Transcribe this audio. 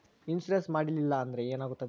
Insurance ಮಾಡಲಿಲ್ಲ ಅಂದ್ರೆ ಏನಾಗುತ್ತದೆ?